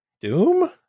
Doom